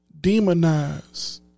demonize